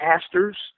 pastors